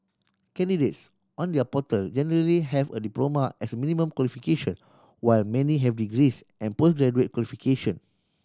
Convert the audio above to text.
candidates on their portal generally have a diploma as a minimum qualification while many have degrees and post graduate qualification